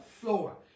floor